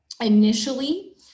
Initially